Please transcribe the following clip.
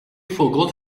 forgot